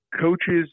coaches